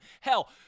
Hell